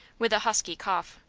with a husky cough.